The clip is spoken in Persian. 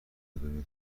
دنیای